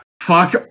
fuck